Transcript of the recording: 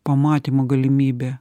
pamatymo galimybė